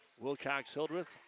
Wilcox-Hildreth